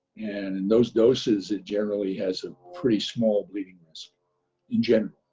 and in those doses, it generally has a pretty small bleeding risk in general